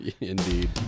Indeed